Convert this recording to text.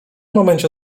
momencie